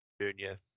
Junior